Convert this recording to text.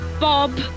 Bob